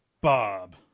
Bob